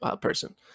person